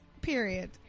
period